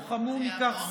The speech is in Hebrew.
או חמור מכך,